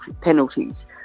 penalties